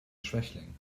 schwächling